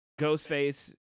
Ghostface